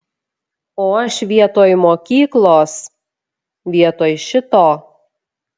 o aš vietoj mokyklos vietoj šito